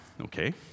okay